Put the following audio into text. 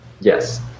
Yes